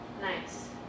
nice